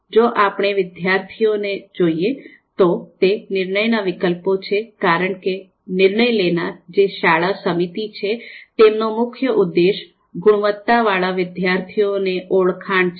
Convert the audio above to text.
જો આપણે વિદ્યાર્થીઓને જોઈએ તો તે નિર્ણય ના વિકલ્પો છે કારણ કે નિર્ણય લેનાર જે શાળા સમિતિ છે તેમનો મુખ્ય ઉદેશ્ય ગુણવત્તાવાળા વિદ્યાર્થીઓને ઓળખાણ છે